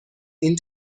این